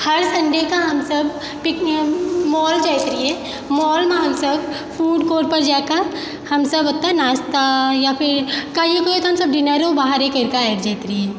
हर सनडेके हमसब pick mall जाइत रहियइ मॉलमे हमसब फूड कोर्टपर जाइके हमसब ओतहु नाश्ता या फिर कहियो कहियो तऽ हमसब डीनरो बाहरे करिके आबि जाइत रहियइ